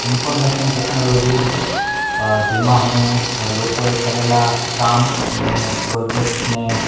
information ટેક્નોલોજીનું છે જેમાં હું લોકોએ કરેલાં કામ અને પ્રોજેક્ટ્સને